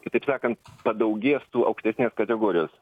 kitaip sakan padaugės tų aukštesnės kategorijos